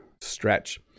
Stretch